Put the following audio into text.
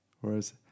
Whereas